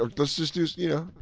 ah let's just do you know.